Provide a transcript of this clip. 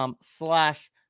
slash